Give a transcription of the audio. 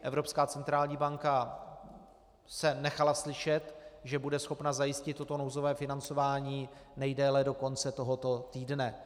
Evropská centrální banka se nechala slyšet, že bude schopna zajistit toto nouzové financování nejdéle do konce tohoto týdne.